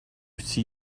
see